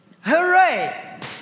Hooray